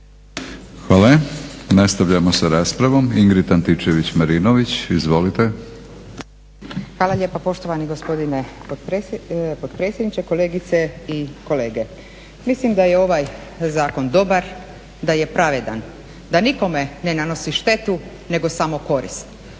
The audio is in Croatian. Hvala. Nastavljamo sa raspravom, Ingrid Antičević-Marinović. Izvolite. **Antičević Marinović, Ingrid (SDP)** Hvala lijepa poštovani gospodine potpredsjedniče, kolegice i kolege. Mislim da je ovaj zakon dobar, da je pravedan, da nikome ne nanosi štetu nego samo korist.